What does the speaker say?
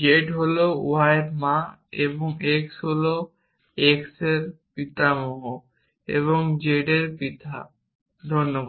z হল y এর মা এবং x হল x এর পিতামহ হল z এর পিতা ধন্যবাদ